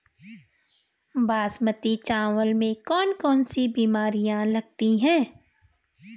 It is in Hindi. बासमती चावल में कौन कौन सी बीमारियां लगती हैं?